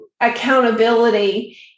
accountability